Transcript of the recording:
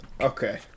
Okay